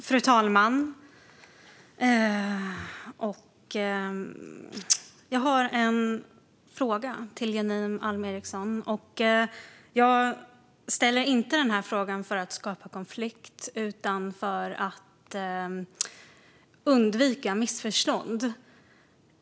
Fru talman! Jag har en fråga till Janine Alm Ericson. Jag ställer inte den för att skapa konflikt utan för att undvika missförstånd.